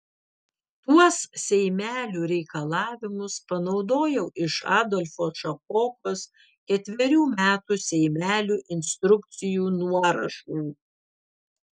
tuos seimelių reikalavimus panaudojau iš adolfo šapokos ketverių metų seimelių instrukcijų nuorašų